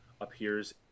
appears